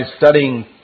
studying